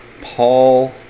Paul